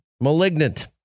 malignant